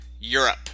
Europe